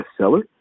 bestseller